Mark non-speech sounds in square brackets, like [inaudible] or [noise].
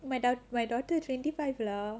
[noise] my daughter twenty five lah